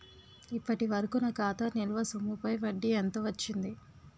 ఇప్పటి వరకూ నా ఖాతా నిల్వ సొమ్ముపై వడ్డీ ఎంత వచ్చింది?